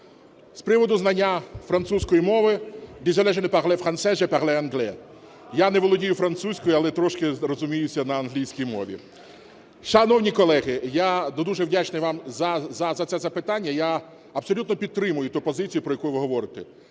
(Говорить іноземною мовою) Я не володію французькою, але трошки розуміюся на англійській мові. Шановні колеги, я дуже вдячний за це запитання. Я абсолютно підтримую ту позицію про яку ви говорите: